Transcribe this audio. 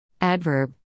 Adverb